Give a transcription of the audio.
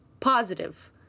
positive